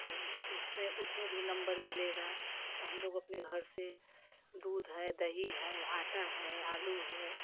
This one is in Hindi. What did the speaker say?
ओह उसमें उसमें भी नम्बर मिलेगा तो हम लोग अपने घर से दूध है दही है आटा है आलू है